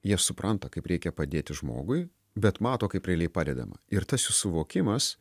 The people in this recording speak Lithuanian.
jie supranta kaip reikia padėti žmogui bet mato kaip realiai padedama ir tas jų suvokimas